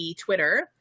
twitter